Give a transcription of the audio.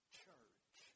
church